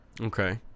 okay